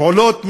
פעולות מתקנות,